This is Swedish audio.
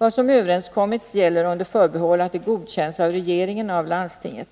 Vad som överenskommits gäller under förbehåll att det godkänns av regeringen och av landstinget.